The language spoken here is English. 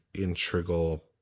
integral